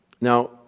Now